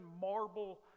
marble